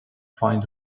find